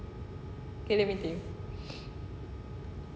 wait let me think